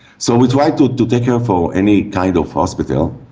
so we tried to to take her for any kind of hospital,